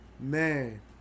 Man